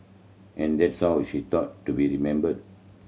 and that's how she taught to be remembered